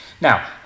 Now